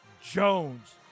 Jones –